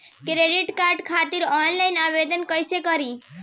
Credit card खातिर online आवेदन कइसे करि?